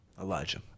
Elijah